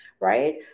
right